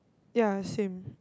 ya same